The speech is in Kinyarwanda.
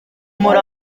muri